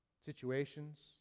situations